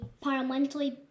Parliamentary